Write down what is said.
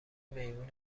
میمون